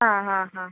ആ ആ ആ